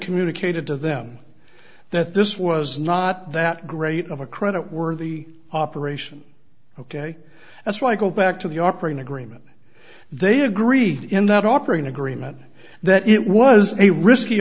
communicated to them that this was not that great of a credit worthy operation ok that's right go back to the operating agreement they agreed in that operating agreement that it was a risky